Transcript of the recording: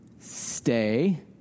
stay